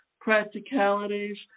practicalities